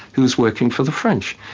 who was working for the french,